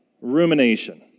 rumination